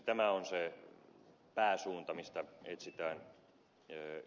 tämä on se pääsuunta mistä etsitään deep